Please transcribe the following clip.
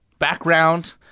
background